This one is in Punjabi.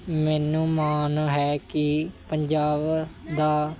ਮੈਨੂੰ ਮਾਣ ਹੈ ਕਿ ਪੰਜਾਬ ਦਾ